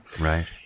right